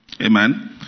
Amen